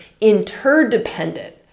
interdependent